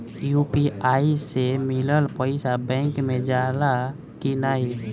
UPI से मिलल पईसा बैंक मे जाला की नाहीं?